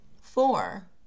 Four